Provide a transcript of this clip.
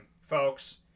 folks